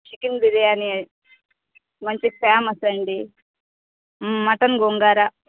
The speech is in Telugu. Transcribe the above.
చికెన్ బిర్యానీ మంచి ఫేమస్ అండి మటన్ గోంగూర